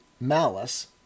malice